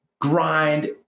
grind